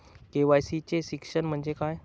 KYC चे शिक्षण म्हणजे काय?